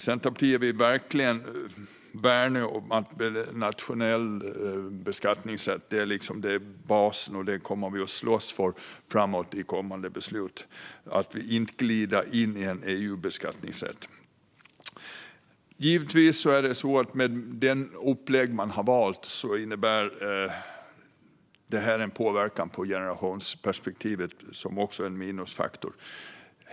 Centerpartiet vill verkligen värna om nationell beskattningsrätt. Det är basen, och det kommer vi att slåss för i kommande beslut så att vi inte glider in i en EU-beskattningsrätt. Givetvis innebär det här, med det upplägg som man har valt, en påverkan på generationsperspektivet, vilket också är en minusfaktor.